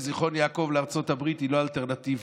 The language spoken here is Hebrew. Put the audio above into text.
מזיכרון יעקב לארצות הברית היא לא אלטרנטיבה,